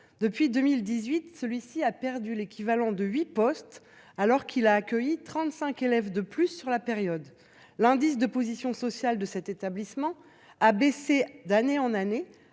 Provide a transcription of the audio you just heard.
depuis 2018. Celui-ci a perdu l'équivalent de 8 postes alors qu'il a accueilli 35 élèves de plus sur la période l'indice de position sociale de cet établissement à baisser d'année en année